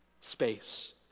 space